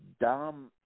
Dom